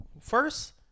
First